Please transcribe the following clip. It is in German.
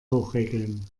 hochregeln